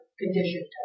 condition